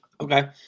Okay